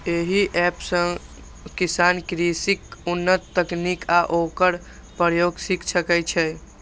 एहि एप सं किसान कृषिक उन्नत तकनीक आ ओकर प्रयोग सीख सकै छै